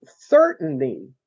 certainty